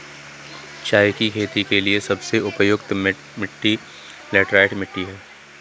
चाय की खेती के लिए सबसे उपयुक्त मिट्टी लैटराइट मिट्टी है